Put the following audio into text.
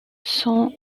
son